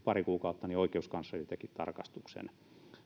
pari kuukautta niin oikeuskansleri teki tarkastuksen